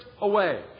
away